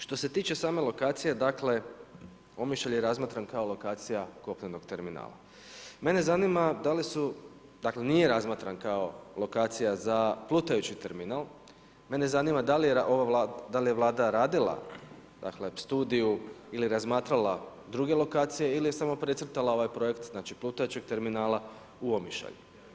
Što se tiče same lokacije Omišalj je razmatran kao lokacija kopnenog terminala, mene zanima da li su, dakle nije razmatran kao lokacija za plutajući terminal, mene zanima da li je ova Vlada radila studiju ili razmatrala druge lokacije ili je samo precrtala ovaj projekt plutajućeg terminala u Omišalj?